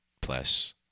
plus